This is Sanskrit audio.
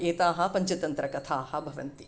एताः पञ्चतन्त्रकथाः भवन्ति